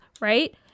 right